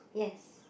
yes